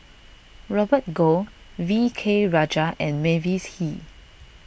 Robert Goh V K Rajah and Mavis Hee